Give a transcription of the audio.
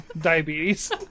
Diabetes